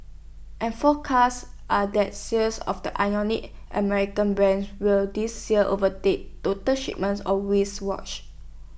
and forecasts are that sales of the ironic American brand will this year overtake total shipments of Swiss watches